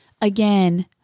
again